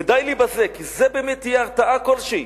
ודי לי בזה, כי זה באמת יהיה הרתעה כלשהי.